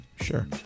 sure